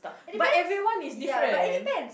but everyone is different